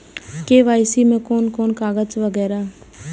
KYC में कोन कोन कागज वगैरा?